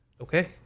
Okay